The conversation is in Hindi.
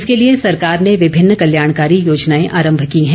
इसके लिए सरकार ने विभिन्न कल्याणकारी योजनाएं आरम्भ की हैं